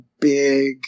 big